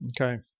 okay